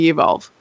Evolve